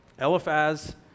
Eliphaz